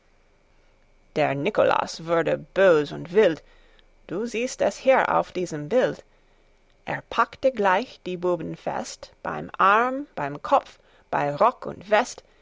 der niklas wurde bös und wild du siehst es hier auf diesem bild er packte gleich die buben fest beim arm beim kopf beim rock und west